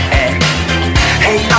Hey